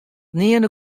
nearne